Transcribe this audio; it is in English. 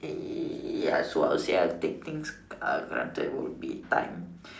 ya so I will say I take things are granted will be time